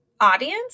audience